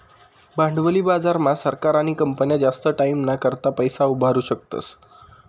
भांडवली बाजार मा सरकार आणि कंपन्या जास्त टाईमना करता पैसा उभारु शकतस